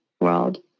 world